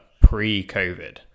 pre-covid